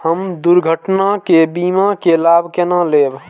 हम दुर्घटना के बीमा के लाभ केना लैब?